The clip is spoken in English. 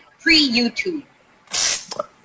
pre-YouTube